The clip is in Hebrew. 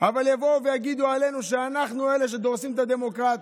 אבל יבואו ויגידו עלינו שאנחנו אלה שדורסים את הדמוקרטיה.